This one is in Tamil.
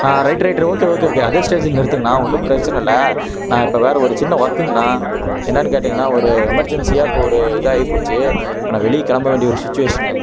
ஆ right right okay okay okay அதே ஸ்டேஜ்ஜில் நிறுத்துங்கண்ணா ஒன்றும் பிரச்சின இல்லை நான் இப்போ வேறு ஒரு சின்ன ஒர்க்குங்கண்ணா என்னென்று கேட்டிங்கன்னால் ஒரு எமெர்ஜென்சியாக இப்போ ஒரு இதாக ஆகிப்போச்சு இப்போ நான் வெளியே கிளம்பு வேண்டிய ஒரு சுச்சுவேஷனு